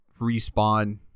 respawn